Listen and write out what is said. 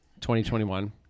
2021